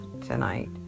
tonight